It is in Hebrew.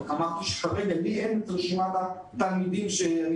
אמרתי שכרגע אין לי רשימת התלמידים שאני